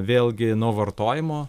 vėlgi nuo vartojimo